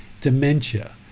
dementia